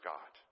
God